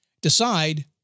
Decide